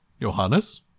Johannes